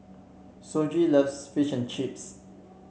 Shoji loves Fish and Chips